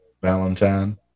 Valentine